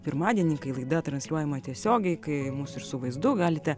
pirmadienį kai laida transliuojama tiesiogiai kai mus ir su vaizdu galite